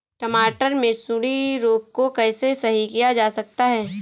टमाटर से सुंडी रोग को कैसे सही किया जा सकता है?